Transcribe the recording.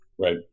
Right